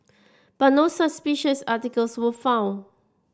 but no suspicious articles were found